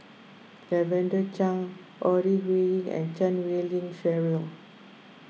Lavender Chang Ore Huiying and Chan Wei Ling Cheryl